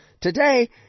Today